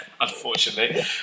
unfortunately